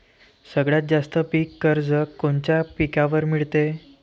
सगळ्यात जास्त पीक कर्ज कोनच्या पिकावर मिळते?